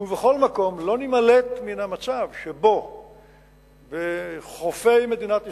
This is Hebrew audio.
ומכל מקום, לא נימלט מן המצב שבחופי מדינת ישראל,